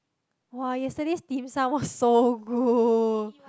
[wah] yesterday's Dim-Sum was so good